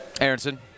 Aronson